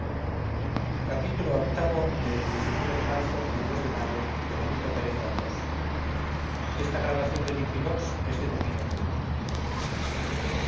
xxvi xxvii xxviii xxix xxx el de marzo y el de mayo de benito pérez